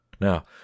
Now